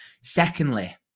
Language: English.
Secondly